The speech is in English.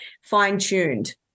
fine-tuned